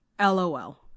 LOL